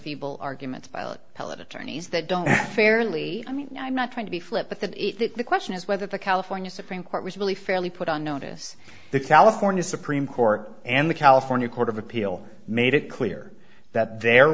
people argument i'll tell attorneys that don't fairly i mean i'm not trying to be flip but that is the question is whether the california supreme court was really fairly put on notice the california supreme court and the california court of appeal made it clear that the